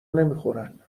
نمیخورن